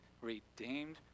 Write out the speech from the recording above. redeemed